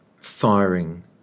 firing